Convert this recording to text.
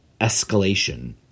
escalation